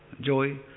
joy